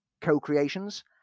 co-creations